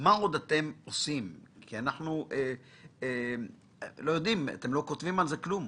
מה עוד אתם עושים כי אתם לא כותבים על זה כלום?